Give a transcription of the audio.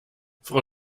frau